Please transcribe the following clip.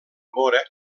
mora